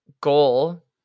goal